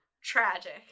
tragic